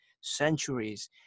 centuries